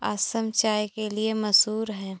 असम चाय के लिए मशहूर है